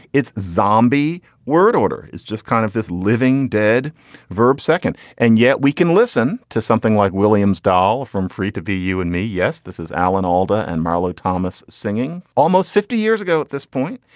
it's zombie word order is just kind of this living dead verb second. and yet we can listen to something like williams doll from free to be you and me. yes this is alan alda and marlo thomas singing almost fifty years ago at this point.